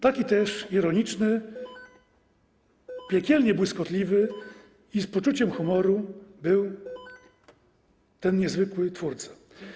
Taki też, ironiczny, piekielnie błyskotliwy i z poczuciem humoru, był ten niezwykły twórca.